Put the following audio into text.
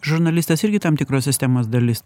žurnalistas irgi tam tikros sistemos dalis